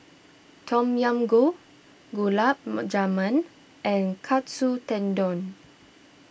Tom Yam Goong Gulab Ma Jamun and Katsu Tendon